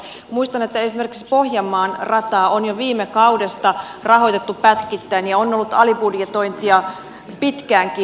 muistan että esimerkiksi pohjanmaan rataa on jo viime kaudesta rahoitettu pätkittäin ja on ollut alibudjetointia pitkäänkin